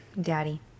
daddy